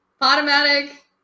Automatic